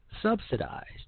subsidized